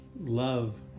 love